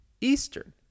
Eastern